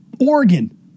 Oregon